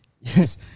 Yes